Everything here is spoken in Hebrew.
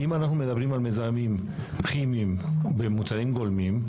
אם אנחנו מדברים על מזהמים כימיים במוצרים גולמיים,